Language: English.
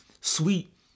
sweet